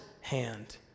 hand